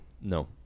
No